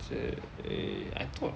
s~ eh I thought